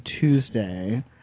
Tuesday